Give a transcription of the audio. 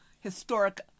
historic